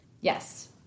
Yes